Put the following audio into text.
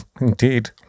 Indeed